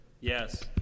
Yes